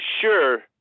sure